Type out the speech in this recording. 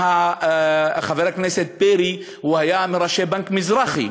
וחבר הכנסת פרי היה גם מראשי בנק מזרחי.